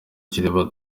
kabiri